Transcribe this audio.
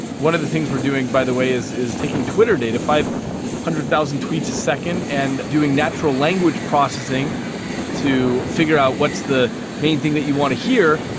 one of the things we are doing, by the way, is is taking twitter data, five hundred thousand tweets a second, and doing natural language processing to figure out what's the main thing that you want to hear,